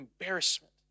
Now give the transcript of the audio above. embarrassment